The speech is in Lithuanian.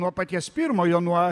nuo paties pirmojo nuo